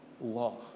law